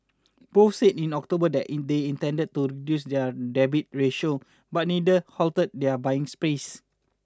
both said in October in they intended to reduce their debt ratio but neither halted their buying sprees